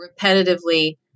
repetitively